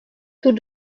tous